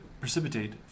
precipitate